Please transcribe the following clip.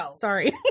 Sorry